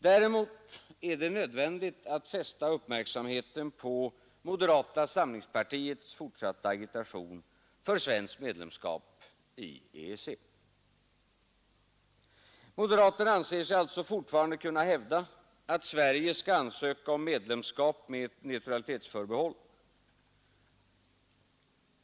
Däremot är det nödvändigt att fästa uppmärksamheten på moderata samlingspartiets fortsatta agitation för svenskt medlemskap i EEC. Moderaterna anser sig fortfarande kunna hävda att Sverige skall ansöka om medlemskap med ett neutralitetsförbehåll.